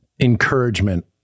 encouragement